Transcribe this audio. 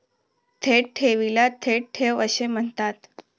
थेट ठेवीला थेट ठेव असे म्हणतात